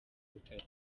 butare